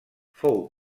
fou